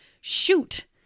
shoot